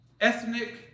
ethnic